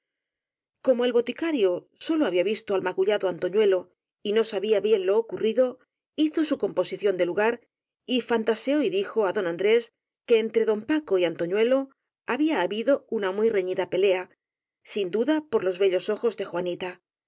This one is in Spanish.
como el botica rio sólo había visto al magullado antoñuelo y no sabía bien lo ocurrido hizo su composición de lugar y fantaseó y dijo á don andrés que entre don paco y antoñuelo había habido una muy reñida pelea sin duda por los bellos ojos de juani